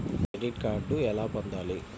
Credit card ఎలా పొందాలి?